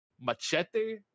machete